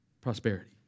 prosperity